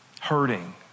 hurting